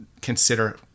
consider